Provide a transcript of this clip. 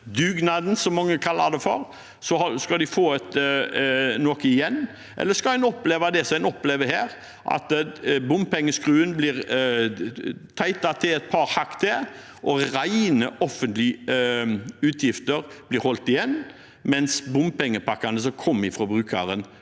dugnaden, som mange kaller det, skal de få noe igjen? Eller skal en oppleve det en opplever her, at bompengeskruen blir teitet til enda et par hakk, og rent offentlige utgifter blir holdt igjen, mens bompengepakkene som kommer for brukerne,